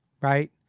right